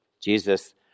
Jesus